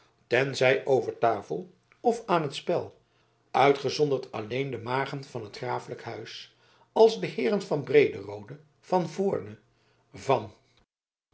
tenzij over tafel of aan t spel uitgezonderd alleen de magen van het grafelijk huis als de heeren van brederode van voorne van